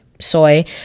soy